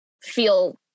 feel